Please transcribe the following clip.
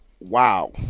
wow